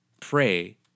Pray